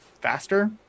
faster